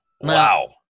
Wow